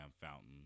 Fountain